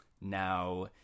Now